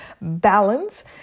balance